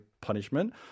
punishment